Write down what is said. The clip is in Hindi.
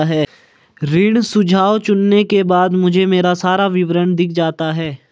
ऋण सुझाव चुनने के बाद मुझे मेरा सारा ऋण विवरण दिख जाता है